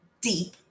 deep